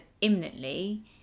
imminently